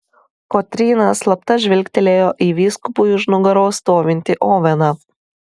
kotryna slapta žvilgtelėjo į vyskupui už nugaros stovintį oveną